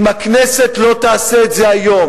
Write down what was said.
אם הכנסת לא תעשה את זה היום,